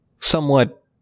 Somewhat